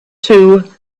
two